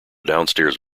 downstairs